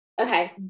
okay